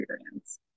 experience